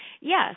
Yes